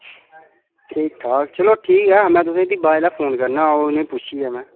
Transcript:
ठीक ठाक चलो ठीक ऐ मैं तुसें फ्ही बाद बेल्लै फोन करना उनेंगी पुच्छियै मैं